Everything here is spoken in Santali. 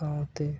ᱥᱟᱶᱛᱮ